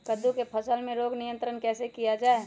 कददु की फसल में रोग नियंत्रण कैसे किया जाए?